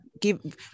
give